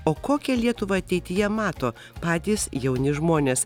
o kokią lietuvą ateityje mato patys jauni žmonės